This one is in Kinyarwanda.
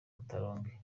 catalogne